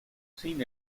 sin